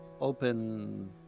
open